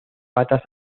patas